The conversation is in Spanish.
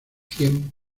cien